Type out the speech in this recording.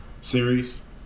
series